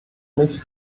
mich